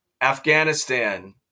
Afghanistan